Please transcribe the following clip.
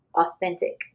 authentic